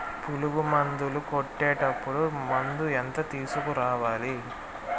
పులుగు మందులు కొట్టేటప్పుడు మందు ఎంత తీసుకురావాలి?